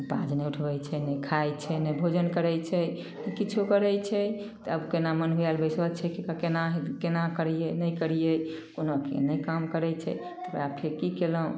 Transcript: पाउज नहि उठबय छै ने खाइ छै ने भोजन करय छै ने किछो करय छै आब केना मन्हुआयल बैसल छै कि तऽ केना केना करियैय नहि करियैय ओना तऽ नहि काम करय छै आब खेती कयलहुँ